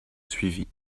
suivi